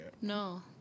no